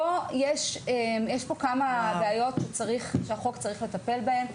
יש פה כמה בעיות שהחוק צריך לטפל בהם.